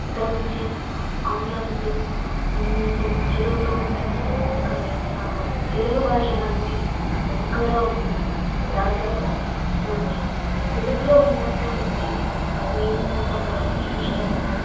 అంతకు మించి ఆంగ్లంలో అందరూ చదువుతూ ఉంటారు కానీ మన తెలుగు భాష లాంటి ఎక్కడా ఉండదు దాంట్లో కూడా మనికి తెలుగులో ఉన్నటువంటి మీనింగ్స్ అంతా కూడా ఇంగ్లీష్లో ఉండదు